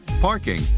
parking